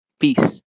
Peace